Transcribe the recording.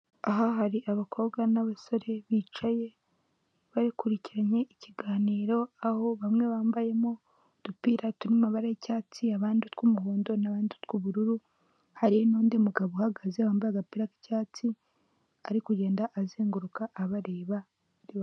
Aha hari abakobwa n'abasore bicaye bakurikiranye ikiganiro, aho bamwe bambayemo udupira twurimo amabara y'icyatsi abandi utw'umuhondo n'abande utw'ubururu, hari n'undi mugabo uhagaze wambaye agapira k'icyatsi ari kugenda azenguruka abareba.